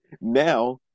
Now